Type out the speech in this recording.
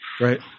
Right